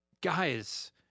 Guys